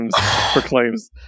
proclaims